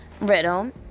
riddle